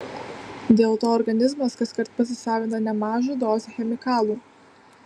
dėl to organizmas kaskart pasisavina nemažą dozę chemikalų